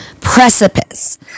precipice